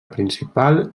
principal